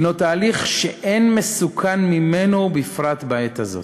הנו תהליך שאין מסוכן ממנו, בפרט בעת הזאת.